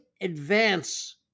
advance